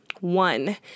One